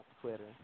Twitter